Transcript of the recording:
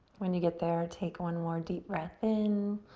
when you get there, take one more deep breath in.